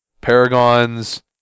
Paragons